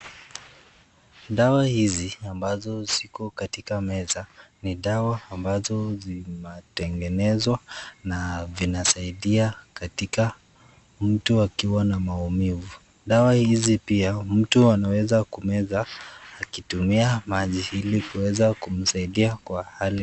Dawa hizi ambazo ziko katika meza ni dawa ambazo zinatengenezwa na vinasaidia katika mtu akiwa na maumivu. Dawa hizi pia mtu anaweza kumeza akitumia maji ili kuweza kumsaidia kwa hali.